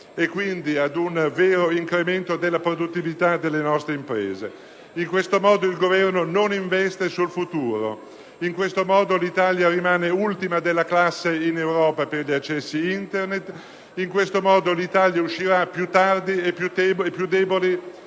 e quindi ad un vero incremento della produttività delle nostre imprese. In questo modo il Governo non investe sul futuro, in questo modo l'Italia rimane ultima della classe in Europa per gli accessi a Internet; in questo modo l'Italia uscirà più tardi e più debole